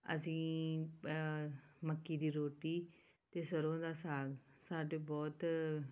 ਅਸੀਂ ਮੱਕੀ ਦੀ ਰੋਟੀ ਅਤੇ ਸਰੋਂ ਦਾ ਸਾਗ ਸਾਡੇ ਬਹੁਤ